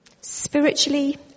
spiritually